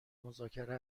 مذاکره